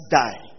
die